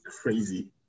crazy